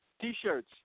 T-shirts